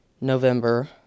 November